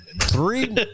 three